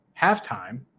halftime